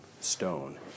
stone